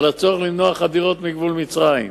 על הצורך למנוע חדירות מגבול מצרים.